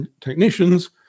technicians